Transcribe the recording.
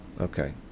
okay